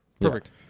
Perfect